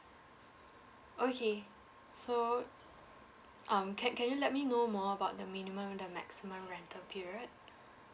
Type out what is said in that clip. okay so um can can you let me know more about the minimum and the maximum rental period